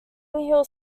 hill